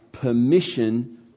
permission